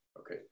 okay